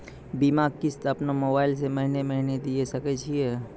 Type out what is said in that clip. बीमा किस्त अपनो मोबाइल से महीने महीने दिए सकय छियै?